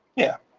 yeah,